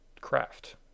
craft